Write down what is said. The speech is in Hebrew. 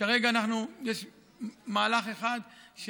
כרגע יש מהלך אחד,